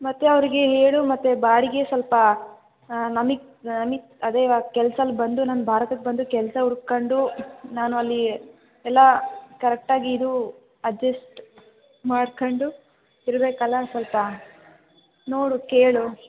ಮತ್ತು ಅವರಿಗೆ ಹೇಳು ಮತ್ತೆ ಬಾಡಿಗೆ ಸ್ವಲ್ಪ ನಮಗ್ ನಮಗ್ ಅದೇ ಇವಾಗ ಕೆಲ್ಸ ಅಲ್ಲಿ ಬಂದು ನಾನು ಭಾರತಕ್ಕೆ ಬಂದು ಕೆಲಸ ಹುಡ್ಕೊಂಡು ನಾನು ಅಲ್ಲಿ ಎಲ್ಲ ಕರೆಕ್ಟಾಗಿ ಇದು ಅಡ್ಜೆಸ್ಟ್ ಮಾಡ್ಕೊಂಡು ಇರಬೇಕಲ್ಲ ಸ್ವಲ್ಪ ನೋಡು ಕೇಳು